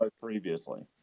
previously